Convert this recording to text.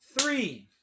three